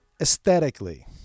aesthetically